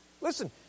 Listen